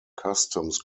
customs